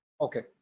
okay